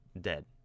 dead